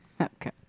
Okay